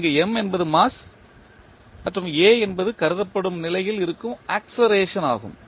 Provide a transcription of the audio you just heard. இங்கு என்பது மாஸ் மற்றும் என்பது கருதப்படும் திசையில் இருக்கும் ஆக்ஸெலரேஷன் ஆகும்